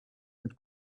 mit